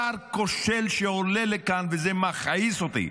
שר כושל שעולה לכאן, וזה מכעיס אותי.